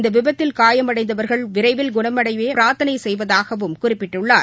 இந்த விபத்தில் காயமடைந்தவர்கள் விரைவில் குணமடைந் பிரார்த்தனை செய்வதாகவும் குறிப்பிட்டுள்ளார்